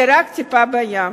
זה רק טיפה בים.